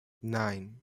nine